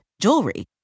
jewelry